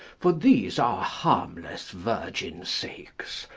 for these our harmless virgins' sakes,